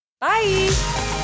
Bye